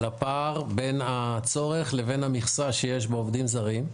על הפער בין הצורך לבין המכסה שיש בעובדים זרים.